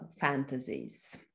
fantasies